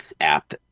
app